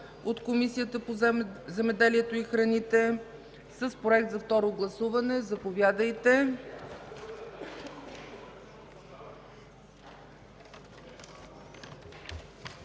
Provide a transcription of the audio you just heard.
от Комисията по земеделието и храните с проект за второ гласуване. Заповядайте.